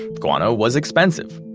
guano was expensive.